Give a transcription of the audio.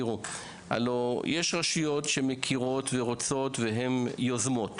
תראו, יש רשויות שמכירות, יכולות, רוצות ויוזמות.